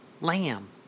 lamb